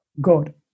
god